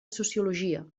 sociologia